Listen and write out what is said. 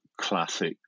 classic